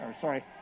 sorry